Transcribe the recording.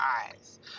eyes